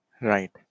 Right